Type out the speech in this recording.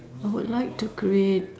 I would like to create